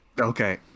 Okay